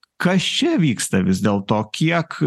kas čia vyksta vis dėlto kiek